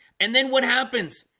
and then what happens?